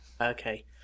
Okay